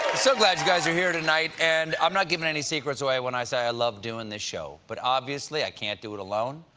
so glad you guys are here tonight, and i'm not giving any secrets away when i say i love doing this show. but, obviously, i can't do it alone.